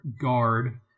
guard